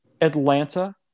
Atlanta